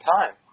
time